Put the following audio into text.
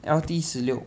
L_T 十六